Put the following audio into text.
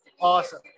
Awesome